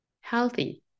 healthy